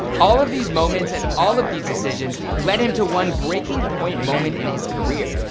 all of these moments, and all of these decisions lead him to one breaking point moment in his career.